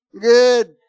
good